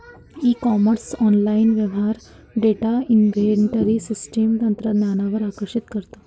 E commerce online व्यवहार data inventory system तंत्रज्ञानावर आकर्षित करतो